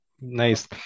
nice